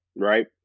right